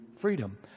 freedom